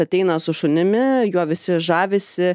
ateina su šunimi juo visi žavisi